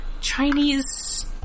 Chinese